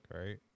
right